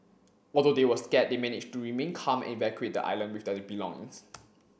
although they were scared they managed to remain calm and evacuate the island with their belongings